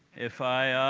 if i